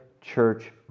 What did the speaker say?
church